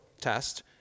test